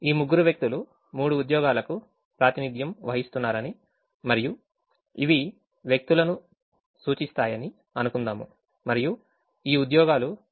ఈ ముగ్గురు వ్యక్తులు మూడు ఉద్యోగాలకు ప్రాతినిధ్యం వహిస్తున్నారని మరియు ఇవి వ్యక్తులను సూచిస్తాయని అనుకుందాము మరియు ఈ ఉద్యోగాలు వ్యక్తులను సూచిస్తాయి